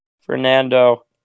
Fernando